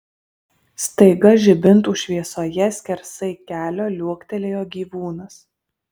staiga žibintų šviesoje skersai kelio liuoktelėjo gyvūnas